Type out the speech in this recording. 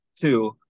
two